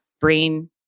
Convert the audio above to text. brain